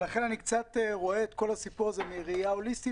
לכן אני קצת רואה את כל הסיפור הזה מראייה הוליסטית